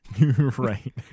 right